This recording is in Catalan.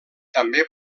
també